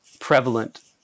prevalent